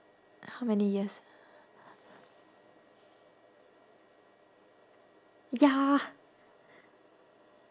how many years ya